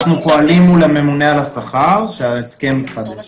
--- אנחנו פועלים מול הממונה על השכר שההסכם יתחדש.